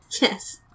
Yes